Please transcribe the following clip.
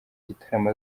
gitaramo